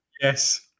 yes